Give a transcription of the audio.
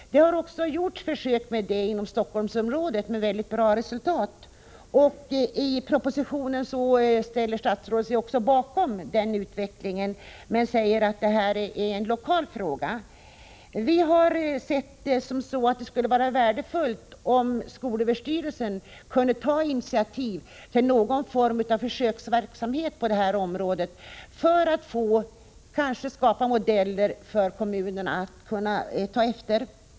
Det har också gjorts försök med detta inom Stockholmsområdet — med mycket bra resultat. I propositionen ställer sig statsrådet bakom denna utveckling, men säger att det är en lokal fråga. Vi anser att det skulle vara värdefullt om skolöverstyrelsen kunde ta initiativ till någon form av försöksverksamhet på detta område för att skapa modeller som kommunerna kan ta efter.